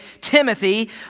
Timothy